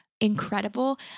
incredible